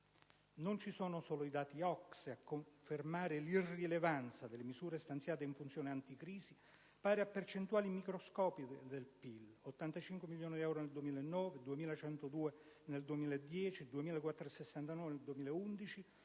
Non ci sono solo i dati OCSE a confermare l'irrilevanza delle misure stanziate in funzione anticrisi, pari a percentuali microscopiche del PIL, ossia 85 milioni di euro nel 2009, 2.102 milioni nel 2010